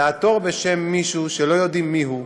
לעתור בשם מישהו שלא יודעים מיהו,